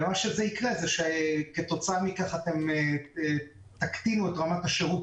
ומה שיקרה זה שאתם תקטינו את רמת השירות